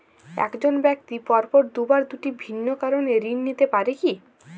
এক জন ব্যক্তি পরপর দুবার দুটি ভিন্ন কারণে ঋণ নিতে পারে কী?